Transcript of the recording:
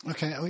Okay